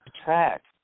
attract